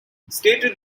stated